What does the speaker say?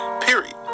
period